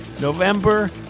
November